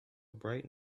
bright